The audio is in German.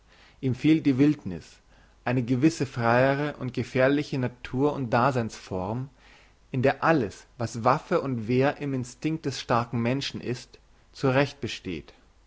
ihm fehlt die wildniss eine gewisse freiere und gefährlichere natur und daseinsform in der alles was waffe und wehr im instinkt des starken menschen ist zu recht besteht